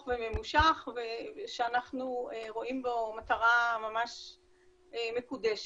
וממושך ושאנחנו רואים בו מטרה ממש מקודשת.